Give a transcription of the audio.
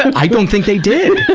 i don't think they did.